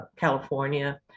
California